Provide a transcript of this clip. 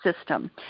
system